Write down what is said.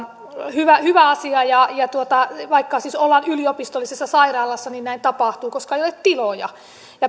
hyvä hyvä asia vaikka siis ollaan yliopistollisessa sairaalassa niin näin tapahtuu koska ei ole tiloja